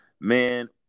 man